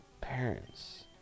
parents